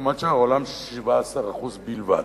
לעומת 17% בלבד